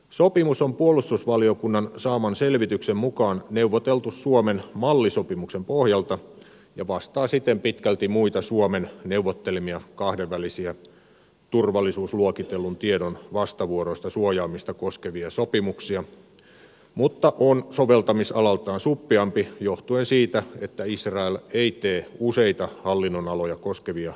sopimus on puolustusvaliokunnan saaman selvityksen mukaan neuvoteltu suomen malli sopimuksen pohjalta ja vastaa siten pitkälti muita suomen neuvottelemia kahdenvälisiä turvallisuusluokitellun tiedon vastavuoroista suojaamista koskevia sopimuksia mutta on soveltamisalaltaan suppeampi johtuen siitä että israel ei tee useita hallinnonaloja koskevia tietoturvallisuussopimuksia